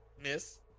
miss